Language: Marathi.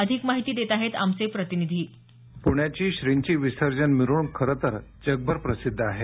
अधिक माहिती देत आहेत आमचे प्रतिनिधी पुण्याची श्री ची मिरवणूक खरंतर जगभर प्रसिध्द आहे